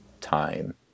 time